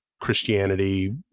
Christianity